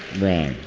wrong.